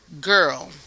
girl